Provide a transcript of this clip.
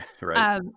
Right